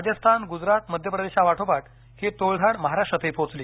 राजस्थान गुजराथ मध्यप्रदेशा पाठोपाठ ही टोळधाड महाराष्ट्रातही पोहोचली